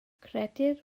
credir